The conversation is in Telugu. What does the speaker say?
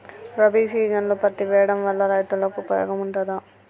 రబీ సీజన్లో పత్తి వేయడం వల్ల రైతులకు ఉపయోగం ఉంటదా?